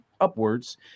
upwards